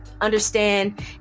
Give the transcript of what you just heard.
understand